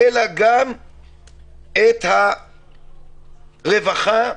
אלא גם את הרווחה,